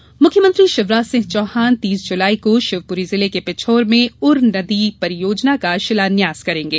उर नदी परियोजना मुख्यमंत्री शिवराज सिह चौहान तीस जुलाई को शिवपुरी जिले के पिछोर में उर नदी परियोजना का शिलान्यास करेंगे